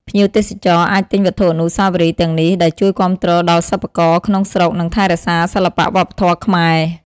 ភ្ញៀវទេសចរអាចទិញវត្ថុអនុស្សាវរីយ៍ទាំងនេះ ដែលជួយគាំទ្រដល់សិប្បករក្នុងស្រុក និងថែរក្សាសិល្បៈវប្បធម៌ខ្មែរ។